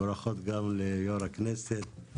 ברכות גם ליו"ר הכנסת.